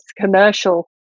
commercial